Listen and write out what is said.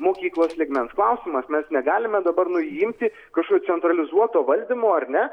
mokyklos lygmens klausimas mes negalime dabar nu imti kažkokio centralizuoto valdymo ar ne